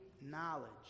knowledge